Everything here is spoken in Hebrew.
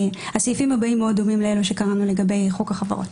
הסעיפים הבאים דומים מאוד לאלו שקראנו לגבי חוק החברות.